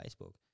Facebook